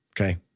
Okay